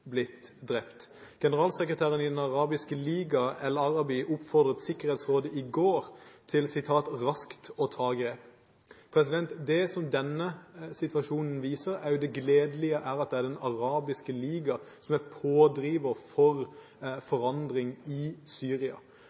blitt drept. Generalsekretæren i Den arabiske liga, el-Araby, oppfordret Sikkerhetsrådet i går til «å ta grep raskt». Det denne situasjonen viser, er det gledelige i at det er Den arabiske liga som er pådriver for forandring i Syria.